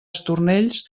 estornells